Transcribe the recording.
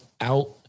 out